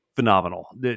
Phenomenal